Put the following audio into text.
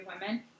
women